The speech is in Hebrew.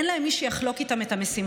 אין להן מי שיחלוק איתן את המשימות.